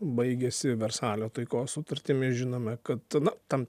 baigėsi versalio taikos sutartimi žinome kad na tam